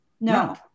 no